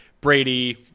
brady